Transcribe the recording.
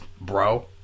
bro